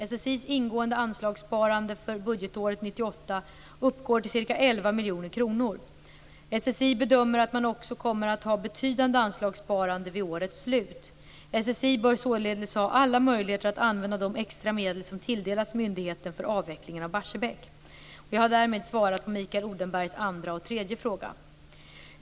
SSI:s ingående anslagssparande för budgetåret 1998 uppgår till ca 11 miljoner kronor. SSI bedömer att man också kommer att ha betydande anslagssparande vid årets slut. SSI bör således ha alla möjligheter att använda de extra medel som tilldelats myndigheten för avvecklingen av Barsebäck. Jag har därmed svarat på Mikael Odenbergs andra och tredje fråga.